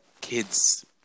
kids